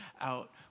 out